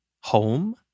home